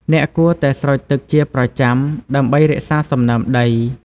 អ្នកគួរតែស្រោចទឹកជាប្រចាំ ដើម្បីរក្សាសំណើមដី។